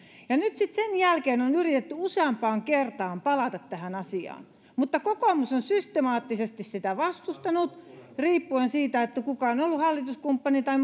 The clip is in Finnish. nyt sitten sen jälkeen on on yritetty useampaan kertaan palata tähän asiaan mutta kokoomus on systemaattisesti sitä vastustanut riippuen siitä kuka on ollut hallituskumppani tai